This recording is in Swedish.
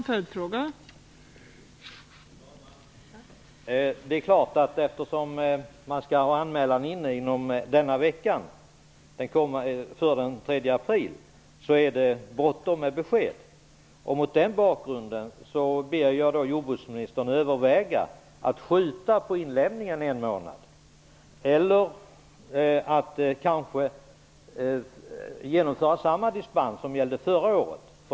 Fru talman! Eftersom man skall ha lämnat in anmälan inom en vecka, senast den 3 april, är det bråttom med besked. Mot den bakgrunden ber jag jordbruksministern överväga att skjuta på inlämningen en månad eller att ge samma dispens som gällde förra året.